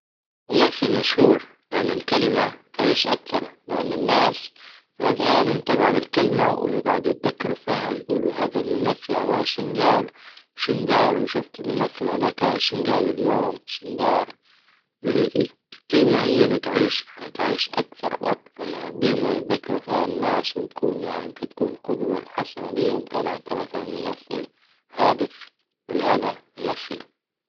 ممثل مشهور لان الكلمة تعيش اكثر لان الناس في اذهانهم تجعد الكلمة ويجعدوا يتذكروا فيها، يجولوا هذا الممثل شين جال و شين دار. وشفت الممثل هذاكا شين جال اليوم و شين دار. الكلمة هي اللي تعيش يعني تعيش اكثر واكثر، يعنى ديما يتذكروا فيا الناس، وتكون يعني انت تكون قدوة الحسنة ليهم. كان انت مثلا ممثل هادف ولهذا ممثلا.